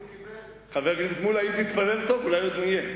חבר הכנסת מולה, אם תתפלל טוב, אולי עוד נהיה.